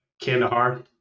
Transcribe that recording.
Kandahar